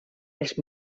els